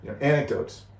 anecdotes